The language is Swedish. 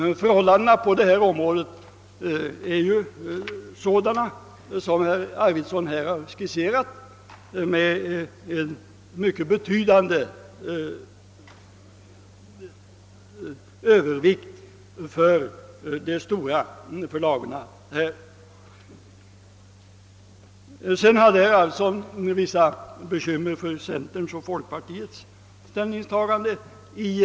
Förhållandena på detta område är sådana som herr Arvidson har skisserat, med en mycket betydande övervikt för de stora förlagen. Herr Arvidson hade vissa bekymmer för centerpartiets och folkpartiets ställningstagande i frågan.